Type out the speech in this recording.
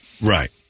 Right